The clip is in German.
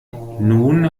nun